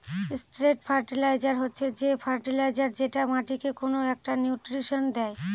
straight fertiliser হচ্ছে যে fertiliser যেটা মাটিকে কোনো একটা নিউট্রিশন দেয়